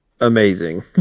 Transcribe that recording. amazing